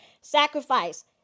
sacrifice